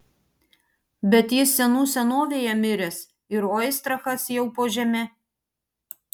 bet jis senų senovėje miręs ir oistrachas jau po žeme